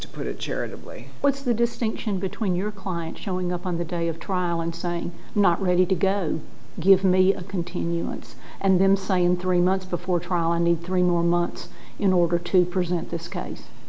to put it charitably what's the distinction between your client showing up on the day of trial and saying not ready to go give me a continuance and then sign three months before trial and then three more months in order to present this case